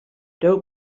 doe